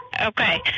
Okay